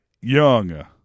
young